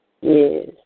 Yes